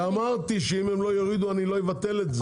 כי אמרתי שאם הם לא יורידו, אני אבטל את הדבר הזה.